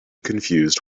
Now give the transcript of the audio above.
confused